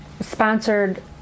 sponsored